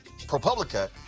ProPublica